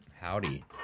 Howdy